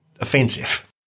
offensive